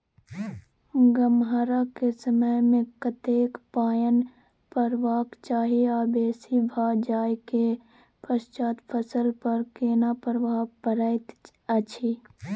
गम्हरा के समय मे कतेक पायन परबाक चाही आ बेसी भ जाय के पश्चात फसल पर केना प्रभाव परैत अछि?